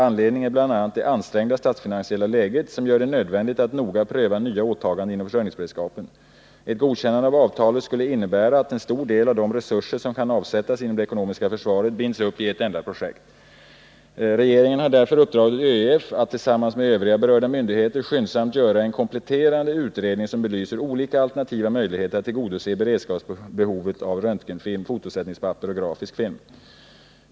Anledningen är bl.a. det ansträngda statsfinansiella läget, som gör det nödvändigt att noga pröva nya åtaganden inom försörjningsberedskapen. Ett godkännande av avtalet skulle innebära att en stor del av de resurser som kan avsättas inom det ekonomiska försvaret binds upp i ett enda projekt. Regeringen har därför uppdragit åt ÖEF att — tillsammans med övriga berörda myndigheter — skyndsamt göra en kompletterande utredning som belyser olika alternativa möjligheter att tillgodose beredskapsbehovet av röntgenfilm, fotosättningspapper och grafisk film.